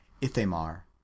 Ithamar